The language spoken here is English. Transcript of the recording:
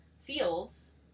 fields